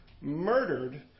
murdered